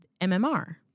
MMR